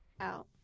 out